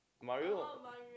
Mario